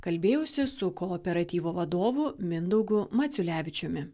kalbėjausi su kooperatyvo vadovu mindaugu maciulevičiumi